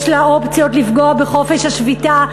יש לה אופציות לפגוע בחופש השביתה.